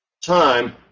Time